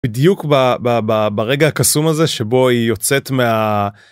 בדיוק ברגע הקסום הזה שבו היא יוצאת מה.